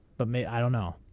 but may i don't know.